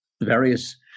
various